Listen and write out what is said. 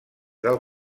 del